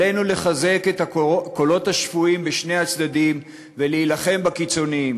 עלינו לחזק את הקולות השפויים בשני הצדדים ולהילחם בקיצונים.